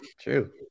true